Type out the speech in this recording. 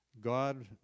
God